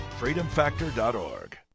Freedomfactor.org